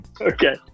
Okay